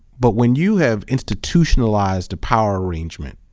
but when you have institutionalized a power arrangement